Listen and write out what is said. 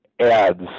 ads